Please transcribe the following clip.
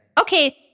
Okay